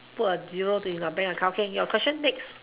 put to your zero to your bank account can can your question next